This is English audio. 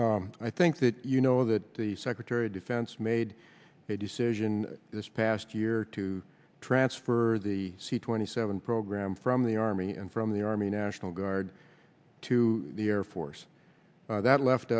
al i think that you know that the secretary of defense made a decision this past year to transfer the c twenty seven program from the army and from the army national guard to the air force that left